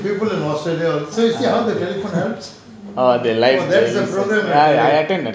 oh they like ah